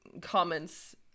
comments